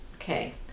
Okay